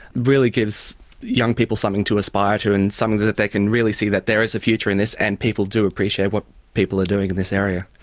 really gives young people something to aspire to and something that they can really see that there is a future in this and people do appreciate what people are doing in this area.